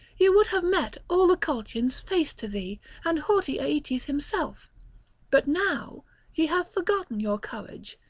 ye would have met all the colchians face to thee and haughty aeetes himself but now ye have forgotten your courage,